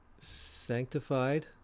sanctified